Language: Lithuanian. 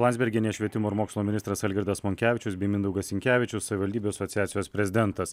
landsbergienė švietimo ir mokslo ministras algirdas monkevičius bei mindaugas sinkevičius savivaldybių asociacijos prezidentas